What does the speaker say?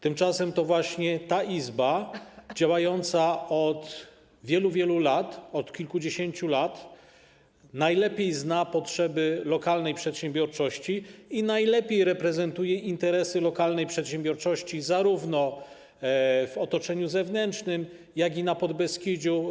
Tymczasem to właśnie ta izba działająca od wielu, wielu lat, od kilkudziesięciu lat, najlepiej zna potrzeby lokalnej przedsiębiorczości i najlepiej reprezentuje interesy lokalnej przedsiębiorczości zarówno w otoczeniu zewnętrznym, jak i na Podbeskidziu.